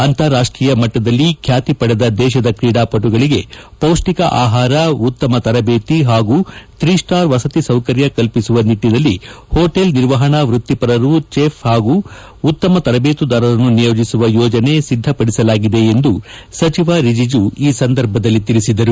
ಅಂತರಾಷ್ಷೀಯ ಮಟ್ಟದಲ್ಲಿ ಖ್ಯಾತಿ ಪಡೆದ ದೇಶದ ಕ್ರೀಡಾಪಟುಗಳಿಗೆ ಪೌಷ್ಟಿಕ ಆಹಾರ ಉತ್ತಮ ತರಬೇತಿ ಹಾಗೂ ತ್ರೀ ಸ್ಲಾರ್ ವಸತಿ ಸೌಕರ್ಯ ಕಲ್ಪಿಸುವ ನಿಟ್ಟನಲ್ಲಿ ಹೋಟೇಲ್ ನಿರ್ವಹಣಾ ವೃತ್ತಿಪರರು ಚೆಫ್ ಹಾಗೂ ಉತ್ತಮ ತರಬೇತುದಾರರನ್ನು ನಿಯೋಜಿಸುವ ಯೋಜನೆ ಸಿದ್ದಪಡಿಸಲಾಗಿದೆ ಎಂದು ಸಚಿವ ರಿಜಿಜು ಈ ಸಂದರ್ಭದಲ್ಲಿ ತಿಳಿಸಿದರು